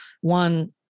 one